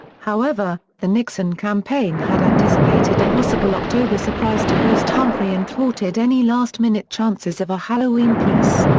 however, the nixon campaign had anticipated a possible october surprise to boost humphrey and thwarted any last-minute chances of a halloween peace.